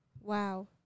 Wow